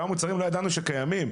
כמה מוצרים לא ידענו שקיימים,